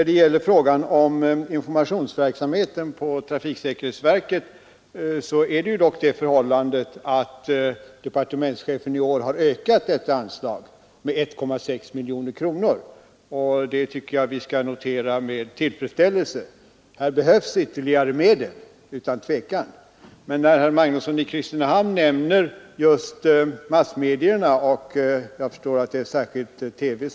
Departementschefen har i år höjt anslaget till trafiksäkerhetsverkets informationsverksamhet med 1,6 miljoner kronor, och det tycker jag vi skall notera med tillfredsställelse. Utan tvivel behövs det ytterligare Herr Magnusson i Kristinehamn tar upp de olika massmediernas roll i sammanhanget, och jag förstår att han särskilt åsyftar TV.